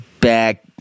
back